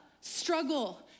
struggle